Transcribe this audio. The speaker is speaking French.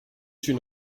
une